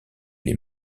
les